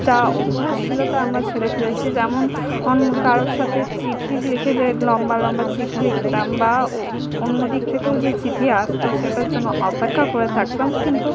যা অভ্যাস ছিল তা আমরা ছেড়ে ফেলেছি যেমন কারোর সাথে চিঠি লিখে যে লম্বা লম্বা চিঠি লিখতাম বা অন্য দিক থেকেও যে চিঠি আসত সেটার জন্য অপেক্ষা করে থাকতাম কিন্তু